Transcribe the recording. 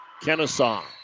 Kennesaw